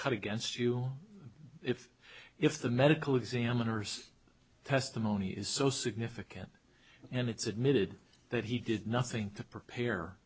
cut against you if if the medical examiner's testimony is so significant and it's admitted that he did nothing to prepare